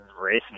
racing